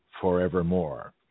forevermore